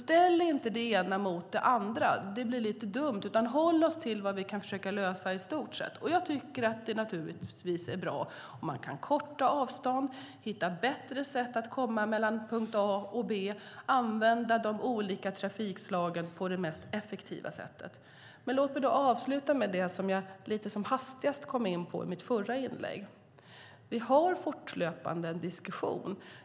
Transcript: Ställ det inte det ena mot det andra, för det blir lite dumt, utan låt oss hålla oss till vad vi kan lösa i stort. Jag tycker att det naturligtvis är bra om man kan korta avstånd, hitta bättre sätt att komma mellan punkt A och punkt B och använda de olika trafikslagen på det mest effektiva sättet. Låt mig avsluta med det som jag lite som hastigast kom in på i mitt förra inlägg.